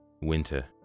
Winter